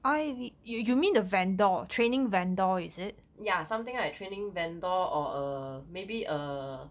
ya something like training vendor or err maybe a